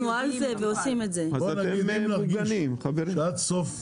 בואו נאמר שאם נרגיש שעד סוף